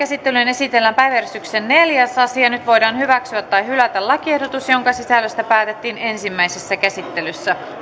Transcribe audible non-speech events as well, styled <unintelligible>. <unintelligible> käsittelyyn esitellään päiväjärjestyksen neljäs asia nyt voidaan hyväksyä tai hylätä lakiehdotus jonka sisällöstä päätettiin ensimmäisessä käsittelyssä